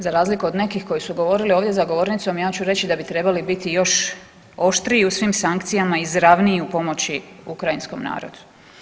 Za razliku od nekih koji su govorili ovdje za govornicom, ja ću reći da bi trebali biti još oštriji u svim sankcijama i izravniji u pomoći ukrajinskom narodu.